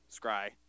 scry